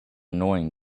annoying